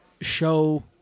show